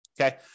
Okay